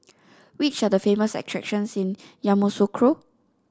which are the famous attractions in Yamoussoukro